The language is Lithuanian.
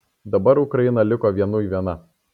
dabar ukraina liko vienui viena